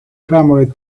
clamored